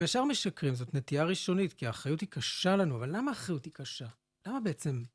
וישר משקרים, זאת נטייה ראשונית, כי האחריות היא קשה לנו. אבל למה האחריות היא קשה? למה בעצם?